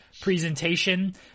presentation